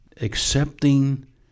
accepting